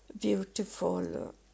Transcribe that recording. beautiful